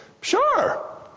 Sure